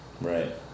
Right